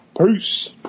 Peace